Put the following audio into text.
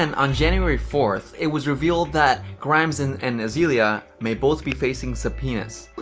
and on january fourth, it was revealed that grimes and and azealia may both be facing supeas.